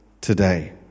today